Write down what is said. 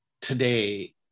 today